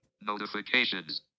notifications